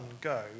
go